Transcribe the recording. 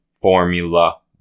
formula